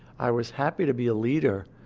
i was happy to be a leader,